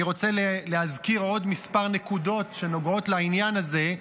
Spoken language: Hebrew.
אני רוצה להזכיר עוד כמה נקודות שנוגעות לעניין הזה.